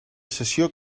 sessió